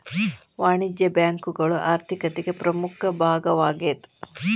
ವಾಣಿಜ್ಯ ಬ್ಯಾಂಕುಗಳು ಆರ್ಥಿಕತಿಗೆ ಪ್ರಮುಖ ಭಾಗವಾಗೇದ